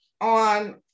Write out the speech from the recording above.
on